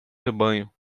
rebanho